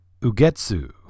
Ugetsu